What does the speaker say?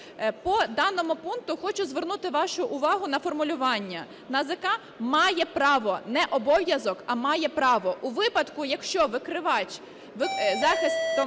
По даному пункту хочу звернути вашу увагу на формулювання "НАЗК має право", не обов'язок, а має право. У випадку, якщо викривач, захистом